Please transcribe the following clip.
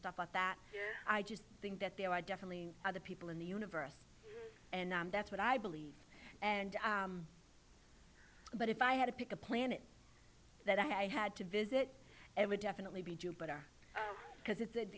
stuff like that i just think that there are definitely other people in the universe and that's what i believe and but if i had to pick a planet that i had to visit and would definitely be jupiter because it